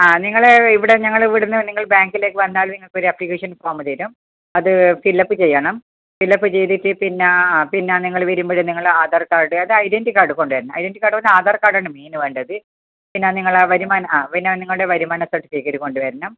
ആ നിങ്ങൾ ഇവിടെ ഞങ്ങൾ ഇവിടെ നിന്ന് നിങ്ങൾ ബാങ്കിലേക്ക് വന്നാൽ നിങ്ങൾക്ക് ഒരു ആപ്ലിക്കേഷൻ ഫോം തരും അത് ഫില്ലപ്പ് ചെയ്യണം ഫില്ലപ്പ് ചെയ്തിട്ട് പിന്നെ പിന്നെ ആ നിങ്ങൾ വരുമ്പഴ് നിങ്ങൾ ആധാർ കാർഡ് അത് ഐഡൻറ്റി കാർഡ് കൊണ്ടുവരണം ഐഡൻറ്റി കാർഡ് എന്ന് പറഞ്ഞാൽ ആധാർ കാർഡ് ആണ് മെയിൻ വേണ്ടത് പിന്നെ നിങ്ങളെ വരുമാനം ആ പിന്നെ നിങ്ങളെ വരുമാന സർട്ടിഫിക്കറ്റ് കൊണ്ടുവരണം